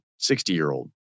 60-year-old